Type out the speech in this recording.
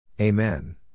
Amen